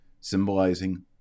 symbolizing